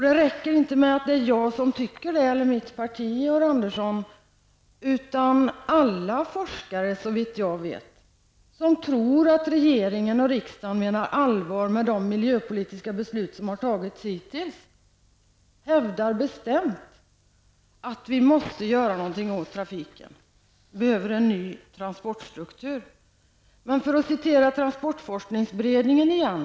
Det räcker inte med att jag och mitt parti tycker det, Georg Andersson, utan såvitt jag vet hävdar forskare -- som tror att regeringen och riksdagen menar allvar med de miljöpolitiska beslut som har fattats hittills -- bestämt att vi måste göra någonting åt trafiken. Vi behöver en ny transportstruktur. Här kan jag citera transportforskningsberedningen igen.